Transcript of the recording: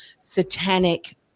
satanic